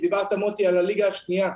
דיברת, מוטי, על הליגה השנייה,